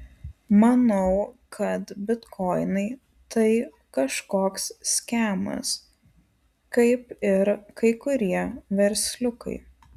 manau kad bitkoinai tai kažkoks skemas kaip ir kai kurie versliukai